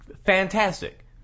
Fantastic